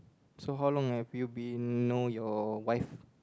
so how long have you been know your wife